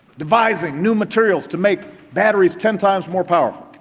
devising new materials to make batteries ten times more powerful.